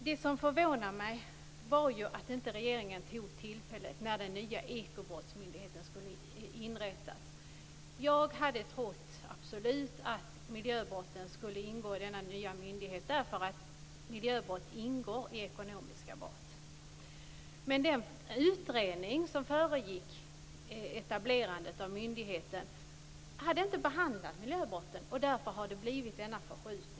Det som förvånar mig är att regeringen inte tog tillfället när den nya ekobrottsmyndigheten skulle inrättas. Jag hade absolut trott att miljöbrotten skulle hanteras av denna nya myndighet, därför att miljöbrott ingår i ekonomiska brott. Men den utredning som föregick etablerandet av myndigheten hade inte behandlat miljöbrotten, och därför har vi fått denna förskjutning.